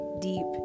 deep